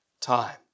time